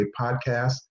podcast